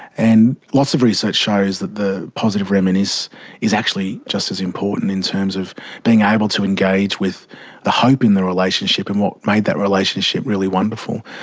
and lots of research shows that the positive reminisce is actually just as important in terms of being able to engage with the hope in the relationship and what made that relationship really wonderful.